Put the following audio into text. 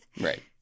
Right